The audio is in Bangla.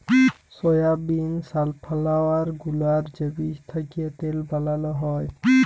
সয়াবিল, সালফ্লাওয়ার গুলার যে বীজ থ্যাকে তেল বালাল হ্যয়